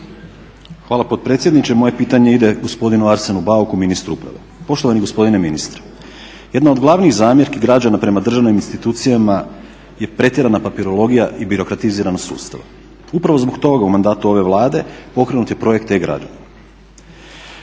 Hvala potpredsjedniče. Moje pitanje ide gospodinu Arsenu Bauku ministru uprave. Poštovani gospodine ministre, jedna od glavnih zamjerki građana prema državnim institucijama je pretjerana papirologija i birokratiziranost sustava. Upravo u zbog toga u mandatu ove Vlade pokrenut je projekt E-građani.